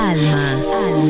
Alma